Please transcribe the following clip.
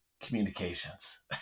communications